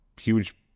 huge